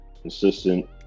consistent